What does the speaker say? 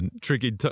tricky